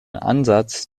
ansatz